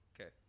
Okay